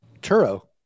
Turo